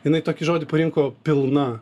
jinai tokį žodį parinko pilna